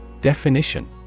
Definition